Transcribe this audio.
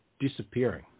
disappearing